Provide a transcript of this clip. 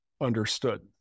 understood